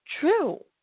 true